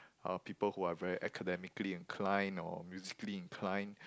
are people who are very academically inclined or musically inclined